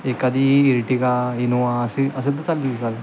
एखादी Ertiga Innova असे असेल तर चालली चालले